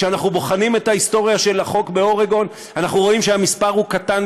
כשאנחנו בוחנים את ההיסטוריה של החוק באורגון אנחנו רואים שהמספר קטן,